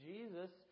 Jesus